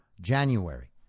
January